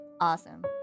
Awesome